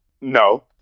No